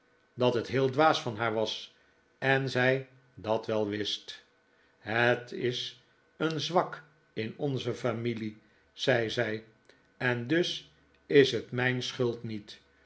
dat het heel dwaas van haar was en zij dat wel wist het is een zwak in onze familie zei zij en dus is het mijn schuld niet